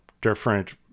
different